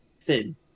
thin